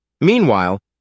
Meanwhile